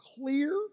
clear